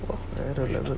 வேற:vera level